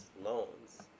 loans